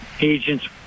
agents